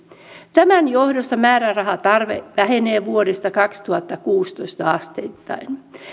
tämän johdosta määrärahatarve vähenee vuodesta kaksituhattakuusitoista asteittain